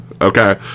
okay